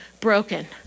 broken